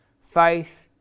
faith